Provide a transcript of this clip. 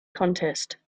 contest